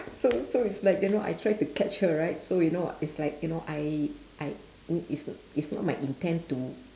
so so is like you know I try to catch her right so you know is like you know I I it's it's not my intent to